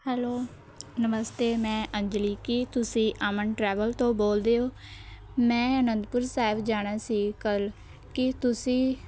hello ਨਮਸਤੇ ਮੈਂ ਅੰਜਲੀ ਕੀ ਤੁਸੀਂ ਅਮਨ ਟਰੈਵਲ ਤੋਂ ਬੋਲਦੇ ਹੋ ਮੈਂ ਅਨੰਦਪੁਰ ਸਾਹਿਬ ਜਾਣਾ ਸੀ ਕੱਲ੍ਹ ਕੀ ਤੁਸੀਂ